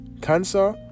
cancer